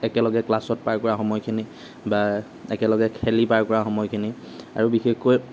একেলগে ক্লাছত পাৰ কৰা সময়খিনি বা একেলগে খেলি পাৰ কৰা সময়খিনি আৰু বিশেষকৈ